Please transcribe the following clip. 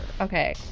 Okay